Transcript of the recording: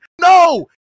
No